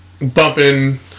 bumping